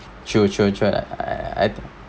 chill chill chill I